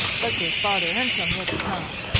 but there's father anselm yet to come,